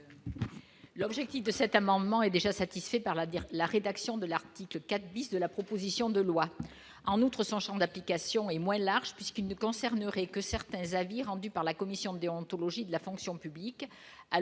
L'objectif de cet amendement est déjà satisfait par la guerre, la rédaction de l'article 4 bis de la proposition de loi en outre son Champ d'application est moins large puisqu'il ne concernerait que certains avis rendu par la commission déontologie de la fonction publique, alors